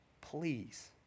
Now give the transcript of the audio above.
Please